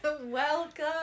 Welcome